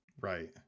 Right